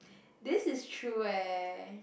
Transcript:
this is true eh